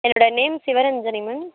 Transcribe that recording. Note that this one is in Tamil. என்னோட நேம் சிவரஞ்சனி மேம்